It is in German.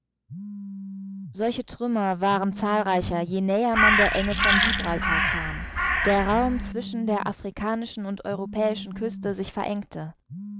solche trümmer waren zahlreicher je näher man der enge von gibraltar kam der raum zwischen der afrikanischen und europäischen küste sich verengte